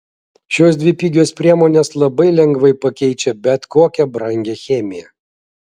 šios dvi pigios priemonės labai lengvai pakeičia bet kokią brangią chemiją